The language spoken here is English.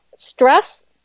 Stress